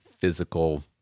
physical